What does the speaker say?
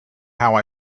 how